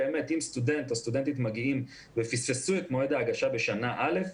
אם סטודנט או סטודנטית מפספסים את מועד ההגשה בשנה א',